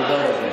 תודה רבה.